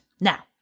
Now